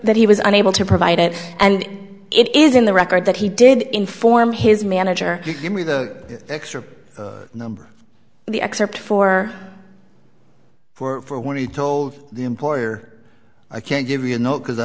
that he was unable to provide it and it is in the record that he did inform his manager give me the extra number the excerpt for for what he told the employer i can't give you no because i